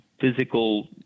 physical